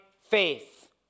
faith